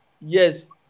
yes